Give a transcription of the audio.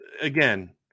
again